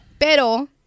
Pero